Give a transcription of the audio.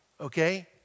okay